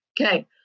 Okay